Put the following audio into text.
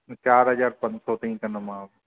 चारि हज़ार पंज सौ तईं कंदोमाव